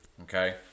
okay